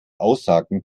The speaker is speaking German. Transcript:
aussagen